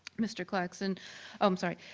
mr. claxton, oh i'm sorry,